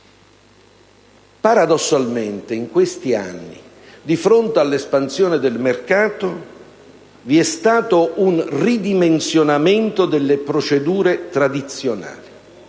Paradossalmente in questi anni, di fronte all'espansione del mercato, vi è stato un ridimensionamento delle procedure tradizionali,